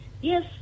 yes